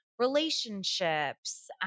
Relationships